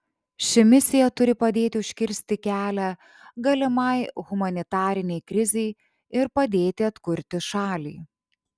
ši misija turi padėti užkirsti kelią galimai humanitarinei krizei ir padėti atkurti šalį